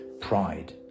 pride